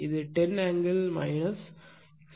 இது 10 ஆங்கிள் 66